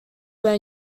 were